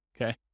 okay